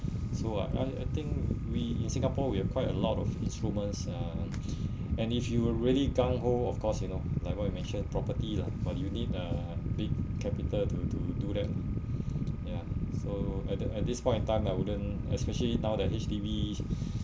so I I I think we in singapore we have quite a lot of instruments uh and if you were really gung ho of course you know like what I mentioned property lah but you need uh big capital to do do that ya so at the at this point of time I wouldn't especially now that H_D_B